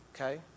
okay